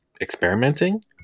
experimenting